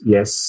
Yes